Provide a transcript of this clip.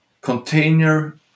Container